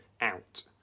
out